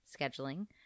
scheduling